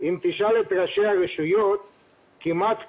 אז אם תשאל את ראשי הרשויות כמעט כולם,